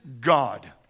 God